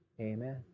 amen